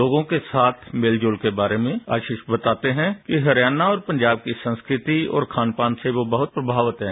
लोगों के साथ नेत जोल के बारे में आशीष बताते हैं कि हरियाणा और पंजाब की संस्कृति और खान पान से वो बहुत प्रमावित हैं